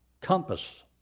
compass